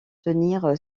tenir